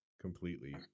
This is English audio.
completely